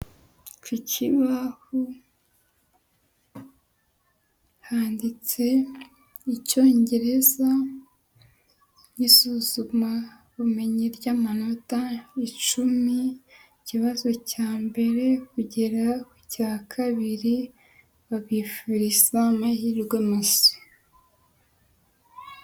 Ku kibaho handitse Icyongereza n'isuzumabumenyi ry'amanota icumi, ikibazo cya mbere kugera ku cya kabiri, babifuriza amahirwe masa.